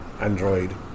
Android